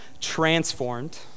transformed—